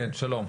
שלום.